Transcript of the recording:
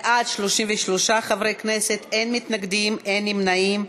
בעד, 33 חברי כנסת, אין מתנגדים, אין נמנעים.